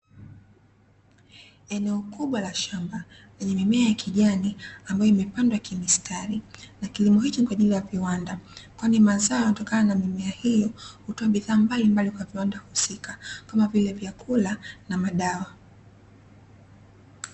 Eneo kubwa la shamba, lenye mimea ya kijani ambayo imepandwa kimistari na kilimo hichi ni kwa ajili ya viwanda kwani mazao yanayotokana na mimea hiyo hutoa bidhaa mbalimbali kwa viwanda husika kama vile; vyakula na madawa.